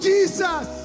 Jesus